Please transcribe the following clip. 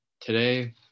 today